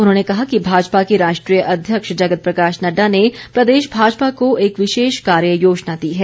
उन्होंने कहा कि भाजपा के राष्ट्रीय अध्यक्ष जगत प्रकाश नडडा ने प्रदेश भाजपा को एक विशेष कार्य योजना दी है